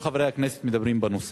כל חברי הכנסת מדברים בנושא,